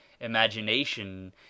Imagination